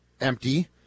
empty